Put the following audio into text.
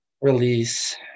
Release